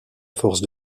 force